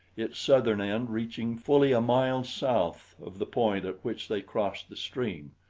its southern end reaching fully a mile south of the point at which they crossed the stream,